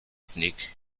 snake